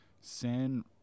San